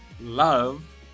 love